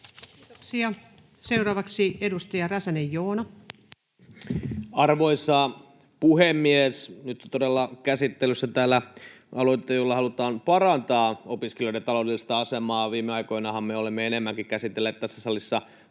muuttamisesta Time: 13:16 Content: Arvoisa puhemies! Nyt todella on käsittelyssä täällä aloite, jolla halutaan parantaa opiskelijoiden taloudellista asemaa. Viime aikoinahan me olemme enemmänkin käsitelleet tässä salissa